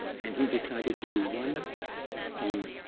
and he decided to do one on